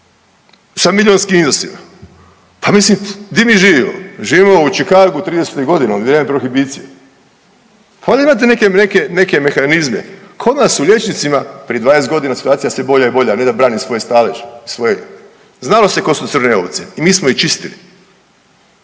sa milionskim iznosima, pa mislim gdje mi živimo, živimo u Chicagu '30.-tih godina u vrijeme prohibicije. Pa valjda imate neke, neke mehanizme. Kod nas u …/nerazumljivo/… prije 20 godina situacija sve bolja i bolja, ne da branim svoj stalež svoje, znalo se tko su crne ovce i mi smo ih čistili